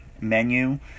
menu